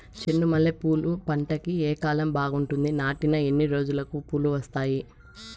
చెండు మల్లె పూలు పంట కి ఏ కాలం బాగుంటుంది నాటిన ఎన్ని రోజులకు పూలు వస్తాయి